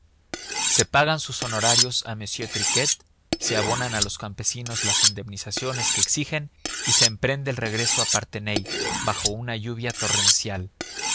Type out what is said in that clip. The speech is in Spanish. se pagan sus honorarios a m triquet se abonan a los campesinos las indemnizaciones que exigen y se emprende el regreso a parthenay bajo una lluvia torrencial